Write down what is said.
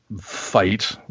fight